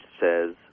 says